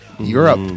Europe